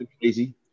crazy